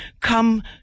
come